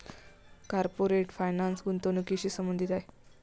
corporate finance गुंतवणुकीशी संबंधित आहे